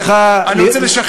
הוא צודק, זה די ביזיון.